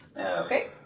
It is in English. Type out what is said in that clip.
Okay